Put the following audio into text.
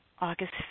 August